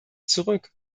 zurück